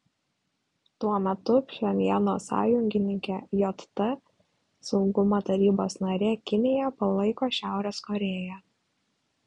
tuo metu pchenjano sąjungininkė jt saugumo tarybos narė kinija palaiko šiaurės korėją